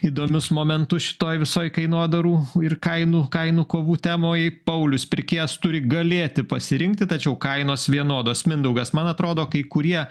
įdomius momentus šitoj visoj kainodarų ir kainų kainų kovų temoj paulius pirkėjas turi galėti pasirinkti tačiau kainos vienodos mindaugas man atrodo kai kurie